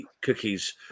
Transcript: Cookies